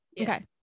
Okay